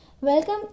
welcome